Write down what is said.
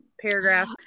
paragraph